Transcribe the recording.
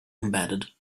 embedded